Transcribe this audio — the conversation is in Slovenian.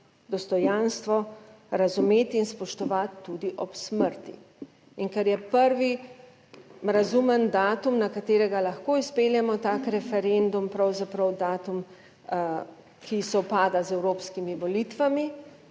dostojanstvo razumeti in spoštovati tudi ob smrti. In ker je prvi razumen datum na katerega lahko izpeljemo tak referendum, pravzaprav datum, ki sovpada z evropskimi volitvami,